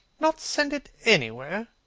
not send it anywhere?